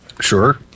sure